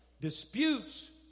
Disputes